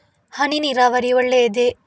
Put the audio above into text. ಹನಿ ನೀರಾವರಿ ಒಳ್ಳೆಯದೇ?